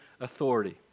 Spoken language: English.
authority